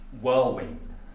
whirlwind